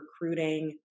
recruiting